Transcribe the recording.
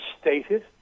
stated